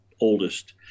oldest